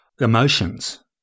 emotions